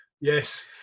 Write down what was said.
yes